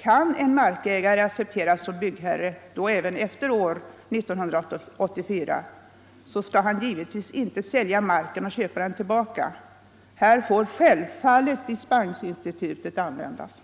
Kan en markägare accepteras som byggherre — även efter 1984 —- så skall han givetvis inte sälja marken och köpa den tillbaka. Här får självfallet dispensinstitutet användas.